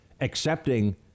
accepting